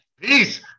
Peace